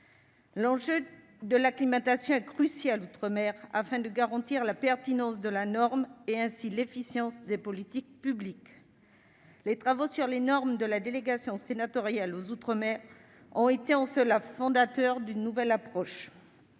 L'enjeu de l'acclimatation est crucial outre-mer, afin de garantir la pertinence de la norme et, ainsi, l'efficience des politiques publiques. Les travaux sur les normes de la délégation sénatoriale aux outre-mer ont en cela été fondateurs d'une nouvelle approche.